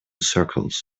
circles